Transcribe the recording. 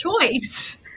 choice